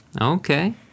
Okay